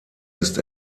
ist